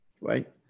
right